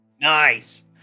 Nice